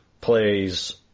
plays